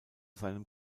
seinem